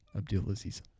Abdulaziz